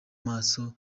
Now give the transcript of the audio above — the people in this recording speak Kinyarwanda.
maso